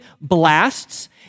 blasts